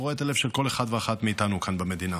קורע את הלב של כל אחד ואחת מאיתנו כאן במדינה.